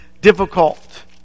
difficult